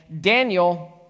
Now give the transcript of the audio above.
Daniel